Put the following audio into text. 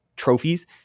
trophies